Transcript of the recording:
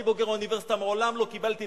אני בוגר האוניברסיטה, ומעולם לא קיבלתי.